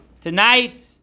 Tonight